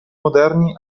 moderni